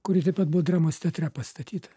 kuri taip pat buvo dramos teatre pastatyta